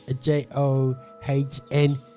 j-o-h-n